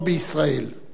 אדוני הנשיא,